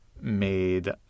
made